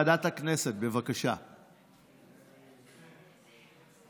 אישרה ועדת הכנסת ביום י"ט באלול התשפ"ב,